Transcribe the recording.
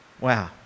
Wow